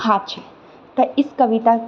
हाथ छै तऽ इस कविता